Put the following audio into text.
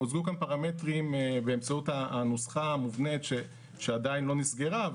הוצגו כאן פרמטרים באמצעות הנוסח המובנית שעדיין לא נסגרה,